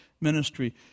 ministry